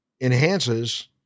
enhances